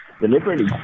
deliberately